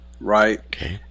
right